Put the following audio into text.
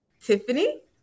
tiffany